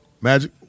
Magic